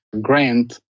grant